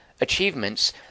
achievements